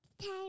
Time